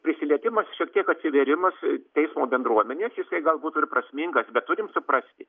prisilietimas šiek tiek atsivėrimas teismo bendruomenės jisai galbūt ir prasmingas bet turim suprasti